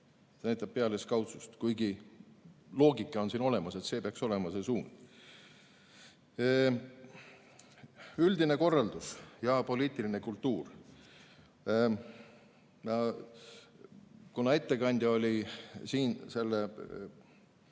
see näitab pealiskaudsust, kuigi loogika on siin olemas, et see peaks olema see suund. Üldine korraldus ja poliitiline kultuur. Ettekandja oli siin